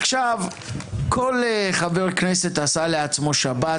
כל חבר כנסת עשה לעצמו שבת,